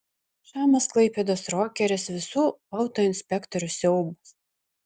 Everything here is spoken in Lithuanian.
šamas klaipėdos rokeris visų autoinspektorių siaubas